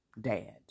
dad